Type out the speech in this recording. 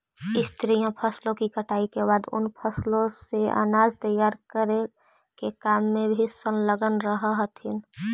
स्त्रियां फसलों की कटाई के बाद उन फसलों से अनाज तैयार करे के काम में भी संलग्न रह हथीन